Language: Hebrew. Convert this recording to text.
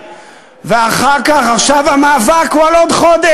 17. ועכשיו המאבק הוא על עוד חודש.